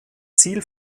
ziel